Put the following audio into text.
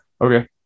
Okay